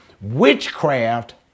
witchcraft